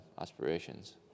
aspirations